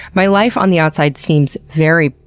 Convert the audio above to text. my life on the outside seems very,